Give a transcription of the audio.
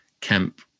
camp